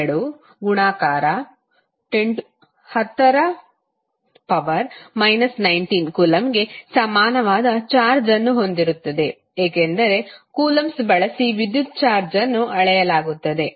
60210 19 ಕೂಲಂಬ್ಗೆ ಸಮಾನವಾದ ಚಾರ್ಜ್ ಅನ್ನು ಹೊಂದಿರುತ್ತದೆ ಏಕೆಂದರೆ ಕೂಲಂಬ್ಸ್ ಬಳಸಿ ವಿದ್ಯುತ್ ಚಾರ್ಜ್ ಅನ್ನು ಅಳೆಯಲಾಗುತ್ತದೆ